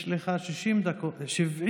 יש לך 70 דקות.